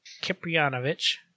Kiprianovich